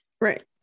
right